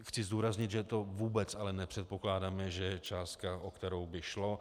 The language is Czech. Chci zdůraznit, že to vůbec ale nepředpokládáme, že je částka, o kterou by šlo.